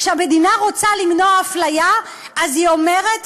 כשהמדינה רוצה למנוע אפליה אז היא אומרת,